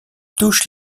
touchent